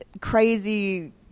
crazy